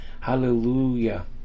hallelujah